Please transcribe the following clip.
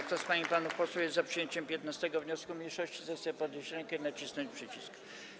Kto z pań i panów posłów jest za przyjęciem 15. wniosku mniejszości, zechce podnieść rękę i nacisnąć przycisk.